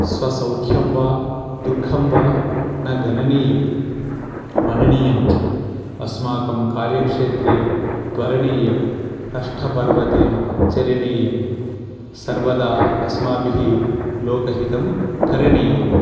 स्वसौख्यं वा दुःखं वा न गणनीयं मननीयं च अस्माकं कार्यक्षेत्रे त्वरणीयं कष्टपर्वते चरणीयं सर्वदा अस्माभिः लोकहितं करणीयम्